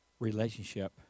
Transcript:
Relationship